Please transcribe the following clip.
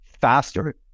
faster